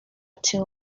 two